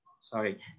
Sorry